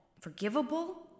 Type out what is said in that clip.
forgivable